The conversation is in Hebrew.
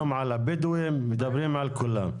גם על הבדואים מדברים על כולם.